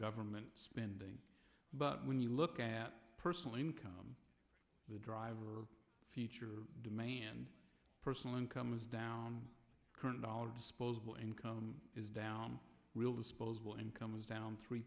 government spending but when you look at personal income the driver future demand personal income is down current dollar disposable income is down real disposable income is down three